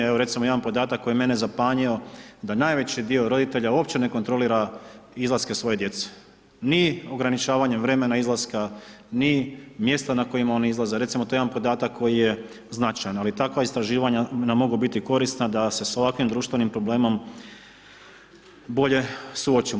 Evo jedan podatak koji je mene zapanjio, da najveći dio roditelja uopće ne kontrolira izlaske svoje djece, ni ograničavanjem vremena izlaska, ni mjesta na kojima oni izlaze, recimo, to je jedan podatak koji je značajan, ali takva istraživanja nam mogu biti korisna da se s ovakvim društvenim problemom bolje suočimo.